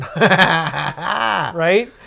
Right